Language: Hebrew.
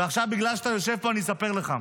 ועכשיו, בגלל שאתה יושב פה אני אספר לך.